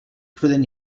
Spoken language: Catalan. prudent